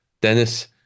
Dennis